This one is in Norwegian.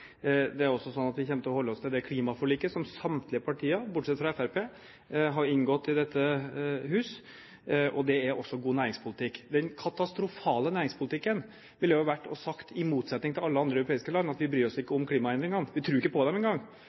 Det er også sånn at vi kommer til å holde oss til det klimaforliket som samtlige partier, bortsett fra Fremskrittspartiet, har inngått i dette hus. Det er også god næringspolitikk. Den katastrofale næringspolitikken ville vært om vi hadde sagt – i motsetning til alle andre europeiske land – at vi ikke bryr oss om klimaendringene, vi tror ikke på det engang, og så legge opp en